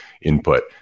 input